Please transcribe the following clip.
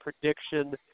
prediction